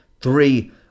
three